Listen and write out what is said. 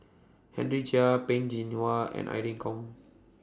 Henry Chia Peh Chin Hua and Irene Khong